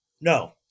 No